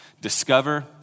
discover